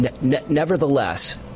nevertheless